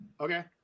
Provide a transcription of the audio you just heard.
Okay